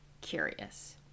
curious